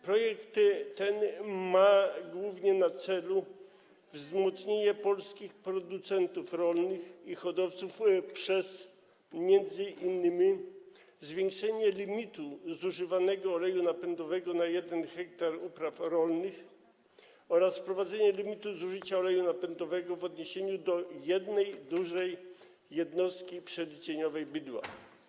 Projekt ten ma głównie na celu wzmocnienie polskich producentów rolnych i hodowców przez m.in. zwiększenie limitu zużywanego oleju napędowego na 1 ha upraw rolnych oraz wprowadzenie limitu zużycia oleju napędowego w odniesieniu do jednej dużej jednostki przeliczeniowej bydła.